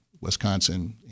Wisconsin